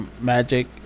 magic